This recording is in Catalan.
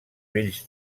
bells